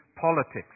Politics